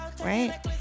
Right